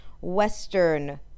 western